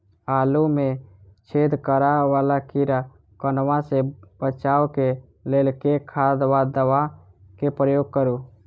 आलु मे छेद करा वला कीड़ा कन्वा सँ बचाब केँ लेल केँ खाद वा दवा केँ प्रयोग करू?